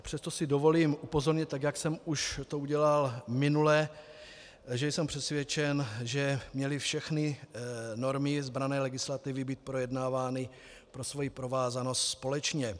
Přesto si dovolím upozornit, jak jsem to udělal již minule, že jsem přesvědčen, že měly všechny normy z branné legislativy být projednávány pro svoji provázanost společně.